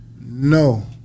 No